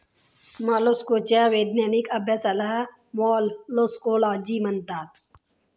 मोलस्काच्या वैज्ञानिक अभ्यासाला मोलॅस्कोलॉजी म्हणतात